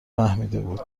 فهمیدهبود